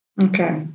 Okay